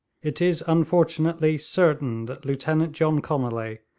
it is unfortunately certain that lieutenant john conolly,